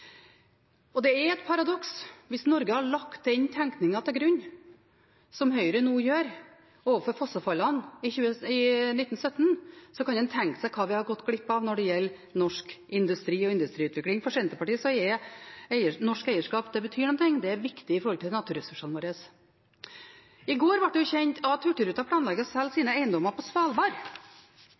Det er et paradoks at hvis Norge hadde lagt den tenkningen til grunn som Høyre nå gjør, overfor fossefallene i 1917, så kan en tenke seg hva vi hadde gått glipp av når det gjelder norsk industri og industriutvikling. For Senterpartiet er det slik at norsk eierskap betyr noe, det er viktig når det gjelder naturressursene våre. I går ble det kjent at Hurtigruten planlegger å selge sine eiendommer på Svalbard,